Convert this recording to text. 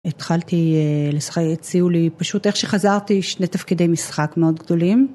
התחלתי לשחק, הציעו לי, פשוט איך שחזרתי, שני תפקידי משחק מאוד גדולים.